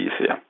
easier